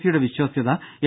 സിയുടെ വിശ്വാസ്യത എൽ